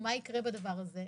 אמרנו, מה יקרה בדבר הזה?